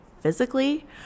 physically